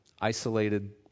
isolated